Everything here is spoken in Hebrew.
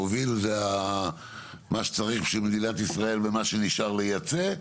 המוביל הוא מה צריך למדינת ישראל ומה נשאר לייצא?